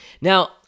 Now